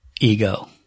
ego